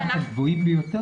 רק הגבוהים ביותר?